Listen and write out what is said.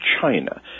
china